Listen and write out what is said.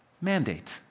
mandate